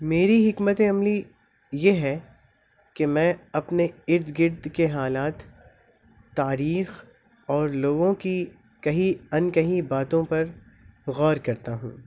میری حکمت عملی یہ ہے کہ میں اپنے ارد گرد کے حالات تاریخ اور لوگوں کی کہیں انکیں باتوں پر غور کرتا ہوں